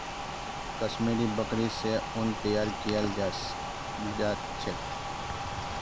कश्मीरी बकरि स उन तैयार कियाल जा छेक